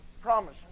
promise